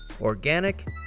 organic